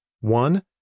One